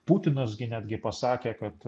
putinas gi netgi pasakė kad